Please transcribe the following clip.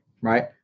right